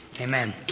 Amen